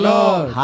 Lord